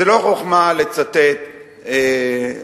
זה לא חוכמה לצטט מכאן,